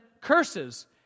curses